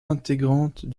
intégrante